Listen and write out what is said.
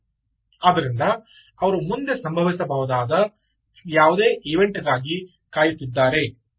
ಇಲ್ಲ ಆದ್ದರಿಂದ ಅವರು ಮುಂದೆ ಸಂಭವಿಸಬಹುದಾದ ಯಾವುದೇ ಇವೆಂಟ್ ಗಾಗಿ ಕಾಯುತ್ತಿದ್ದಾರೆ